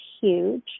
huge